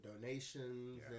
donations